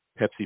Pepsi